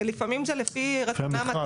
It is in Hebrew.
לפעמים זה לפי רכיבי ה-...